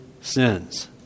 sins